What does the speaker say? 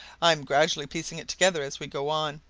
i'm gradually piecing it together, as we go on.